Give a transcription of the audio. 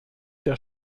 der